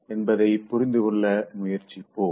என்பதை புரிந்துகொள்ள முயற்சிப்போம்